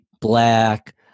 black